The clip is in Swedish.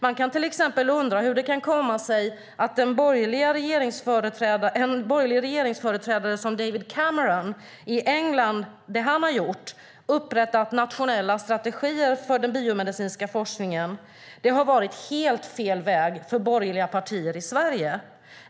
Man kan till exempel undra över hur det som en borgerlig regeringschef som David Cameron i England har gjort, nämligen upprättat nationella strategier för den biomedicinska forskningen, har varit helt fel väg för borgerliga partier i Sverige.